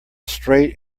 straight